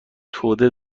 توده